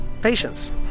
patience